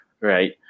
right